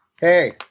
Hey